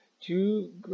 two